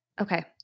Okay